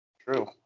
True